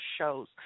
shows